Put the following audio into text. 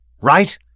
Right